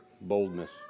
boldness